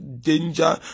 danger